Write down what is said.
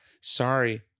sorry